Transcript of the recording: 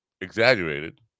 exaggerated